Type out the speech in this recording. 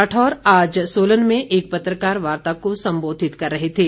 राठौर आज सोलन में एक पत्रकार वार्ता को संबोधित कर रहे थे